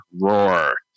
Roar